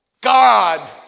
God